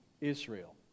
Israel